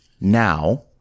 now